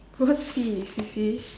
what sea sissy